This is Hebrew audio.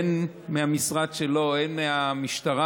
הן מהמשרד שלו הן מהמשטרה,